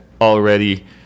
already